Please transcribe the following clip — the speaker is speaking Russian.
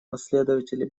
последователи